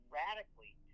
radically